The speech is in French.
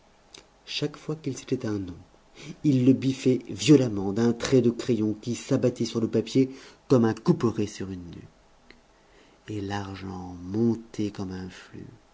chaque fois qu'il citait un nom il le biffait violemment d'un trait de crayon qui s'abattait sur le papier comme un couperet sur une nuque et l'argent montait comme un flux